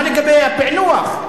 מה לגבי הפענוח?